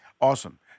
Awesome